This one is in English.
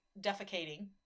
defecating